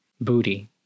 booty